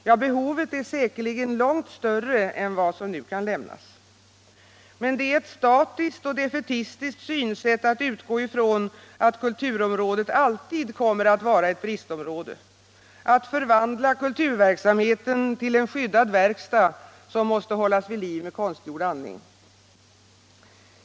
Ja, behovet är säkerligen långt större än det stöd som nu kan lämnas. Men det är ett statiskt och defaitistiskt synsätt att utgå från att kulturområdet alltid kommer att vara ett bristområde, att förvandla kulturverksamheten till en skyddad verkstad som måste hållas vid liv med konstgjord andning.